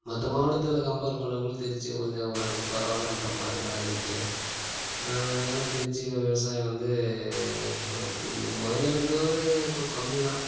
மற்ற மாவட்டத்தில் கம்பேர் பண்ணக்குள்ள திருச்சி கொஞ்சம் ஓரளவுக்கு பரவாயிலன்ற மாதிரி தான் இருக்குது அதனால் திருச்சியில விவசாயம் வந்து இப்போ முதல்ல இருந்ததோட இப்போ கம்மி தான்